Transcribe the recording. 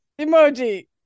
Emoji